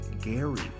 Gary